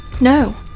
No